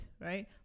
right